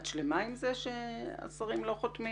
את שלמה עם זה שהשרים לא חותמים